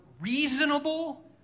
reasonable